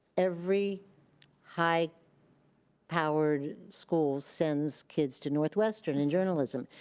every high powered school sends kids to northwestern in journalism.